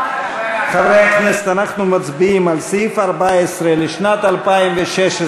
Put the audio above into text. חברי הכנסת, אנחנו מצביעים על סעיף 14, לשנת 2016,